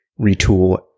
retool